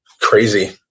Crazy